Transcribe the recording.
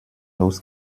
los